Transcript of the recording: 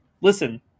Listen